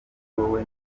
wowe